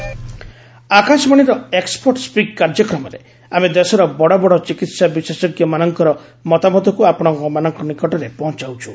expert speak ଆକାଶବାଣୀର expert speak କାର୍ଯ୍ୟକ୍ରମରେ ଆମେ ଦେଶର ବଡ଼ବଡ଼ ଚିକିତ୍ସା ବିଶେଷଜ୍ଞମାନଙ୍କର ମତାମତକୁ ଆପଶମାନଙ୍କ ନିକଟରେ ପହଞ୍ଚାଉଛୁ